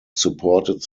supported